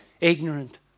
Ignorant